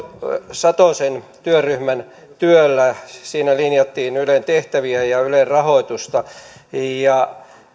satosen työryhmän työllä siinä linjattiin ylen tehtäviä ja ylen rahoitusta ja